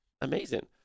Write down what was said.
Amazing